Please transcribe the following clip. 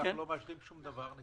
אנחנו לא מאשרים שום דבר.